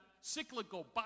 cyclical